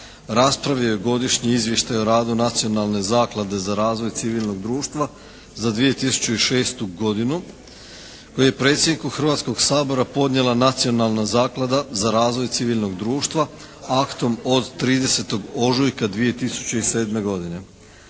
raspravio je godišnji izvještaj o radu Nacionalne zaklade za razvoj civilnog društva za 2006. godinu koji je predsjedniku Hrvatskoga sabora podnijela Nacionalna zaklada za razvoj civilnoga društva aktom od 30. ožujka 2007. godine.